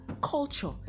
culture